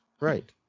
Right